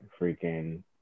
freaking